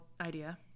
idea